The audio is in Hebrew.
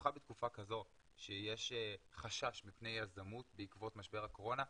במיוחד בתקופה כזו שיש חשש מפני יזמות בעקבות משבר הקורונה,